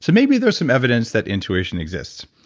so maybe there's some evidence that intuition exist.